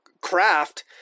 craft